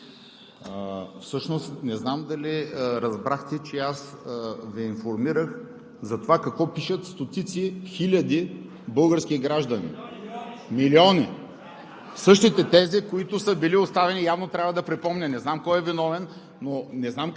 Българските Родолюбци): Уважаема госпожо Председател, уважаеми колеги! Всъщност не знам дали разбрахте, че аз Ви информирах за това, какво пишат стотици, хиляди български граждани. (Реплика